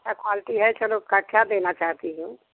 क्या क्वालटी है चलो उसका क्या देना चाहती हो